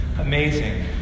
amazing